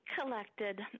collected